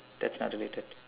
that's not related